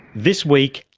this week,